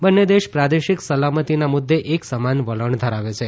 બંને દેશ પ્રાદેશિક સાલમતીના મુદ્દે એક સમાન વલણ ધરાવે છે